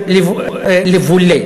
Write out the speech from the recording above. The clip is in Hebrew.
ווֹלֶה, לא ווֹלִי.